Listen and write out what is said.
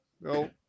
no